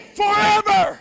forever